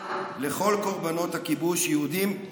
תתבייש.